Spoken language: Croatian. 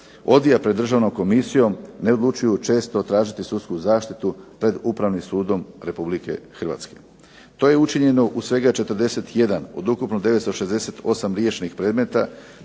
odvija pred Državnom komisijom ne odlučuju često tražiti sudsku zaštitu pred Upravnim sudom Republike Hrvatske. To je učinjeno u svega 41 od ukupno 968 riješenih predmeta